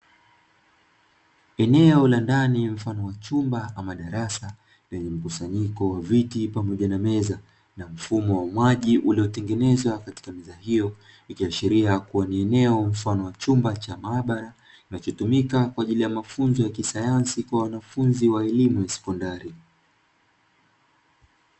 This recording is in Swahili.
Eneo la ndani lenye mfano wa chumba ama darasa lenye mkusanyiko wa viti pamoja na meza pamoja na mfumo wa maji uliotengenezwa katika meza hiyo, ikiashiria kuwa ni chumba cha maabara kinachotumika kwa ajili ya mafunzo ya kisayansi kwa wanafunzi wa elimu ya sekondari.